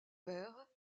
père